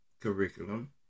curriculum